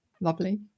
lovely